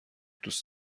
دوست